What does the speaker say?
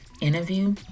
interview